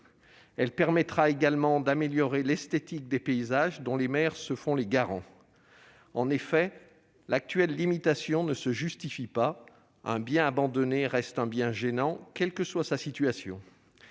Elle permettra également d'améliorer l'esthétique des paysages, dont les maires se font les garants. L'actuelle limitation ne se justifie pas : un bien abandonné reste un bien gênant, où qu'il se trouve. Cette situation